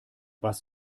was